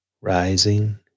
rising